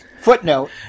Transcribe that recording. footnote